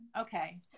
Okay